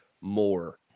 more